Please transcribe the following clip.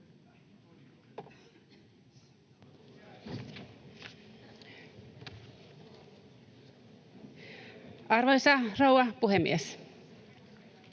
Arvoisa rouva puhemies!